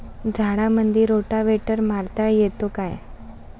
झाडामंदी रोटावेटर मारता येतो काय?